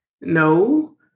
No